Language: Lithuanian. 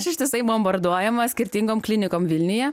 aš ištisai bombarduojama skirtingom klinikom vilniuje